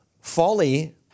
Folly